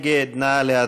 הוועדה.